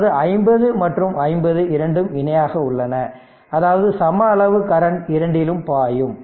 அதாவது 50 மற்றும் 50 இரண்டும் இணையாக உள்ளன அதாவது சம அளவு கரண்ட் இரண்டிலும் பாயும்